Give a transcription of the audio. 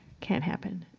can't happen.